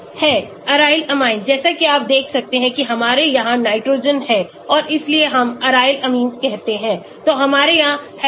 aryl amines जैसा कि आप देख सकते हैं कि हमारे यहाँ नाइट्रोजन है और इसीलिए हम Aryl amines कहते हैं तो हमारे यहाँ halo यौगिक हैं